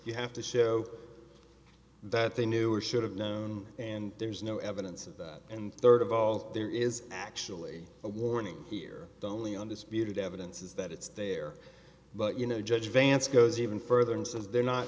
you have to show that they knew or should have known and there's no evidence of that and third of all there is actually a warning here the only undisputed evidence is that it's there but you know judge vance goes even further and says they're not